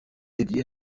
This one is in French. dédié